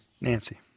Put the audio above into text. Nancy